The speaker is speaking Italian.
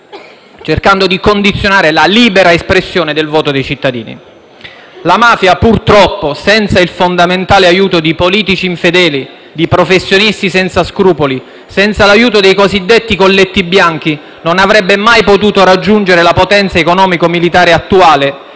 cercando di condizionare la libera espressione del voto dei cittadini. La mafia, senza il fondamentale aiuto di politici infedeli, di professionisti senza scrupoli, senza l'aiuto dei cosiddetti colletti bianchi, non avrebbe mai potuto raggiungere la potenza economico-militare attuale